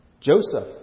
Joseph